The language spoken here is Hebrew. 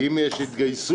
אם יש התגייסות.